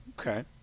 Okay